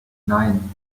nein